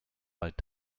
bald